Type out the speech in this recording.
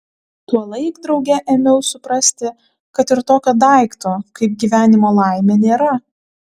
tuolaik drauge ėmiau suprasti kad ir tokio daikto kaip gyvenimo laimė nėra